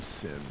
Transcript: sin